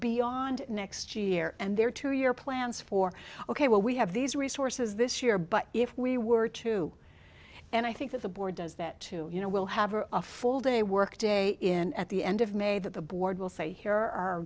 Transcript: beyond next year and their two year plans for ok well we have these resources this year but if we were to and i think that the board does that to you know we'll have a full day work day in at the end of may that the board will say here are our